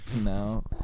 No